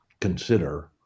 consider